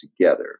together